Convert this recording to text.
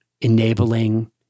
enabling